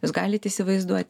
jūs galit įsivaizduot